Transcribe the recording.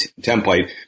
template